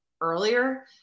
earlier